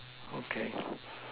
okay